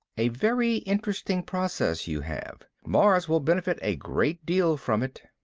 a very interesting process you have. mars will benefit a great deal from it.